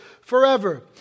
forever